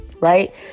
right